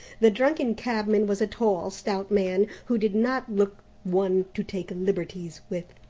the drunken cabman was a tall, stout man, who did not look one to take liberties with.